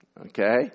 Okay